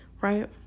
right